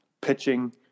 pitching